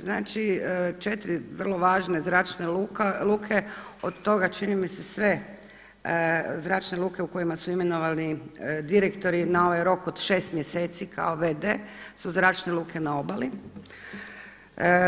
Znači 4 vrlo važne zračne luke od toga čini mi se sve zračne luke u kojima su imenovani direktori na ovaj rok od 6 mjeseci kao v.d. su zračne luke na obali